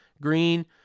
Green